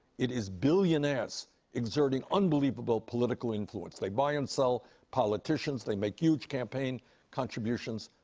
it is billionaires exerting unbelievable political influence. they buy and sell politicians. they make huge campaign contributions.